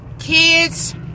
kids